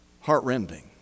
heartrending